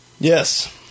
yes